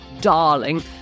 darling